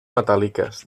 metàl·liques